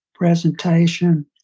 presentation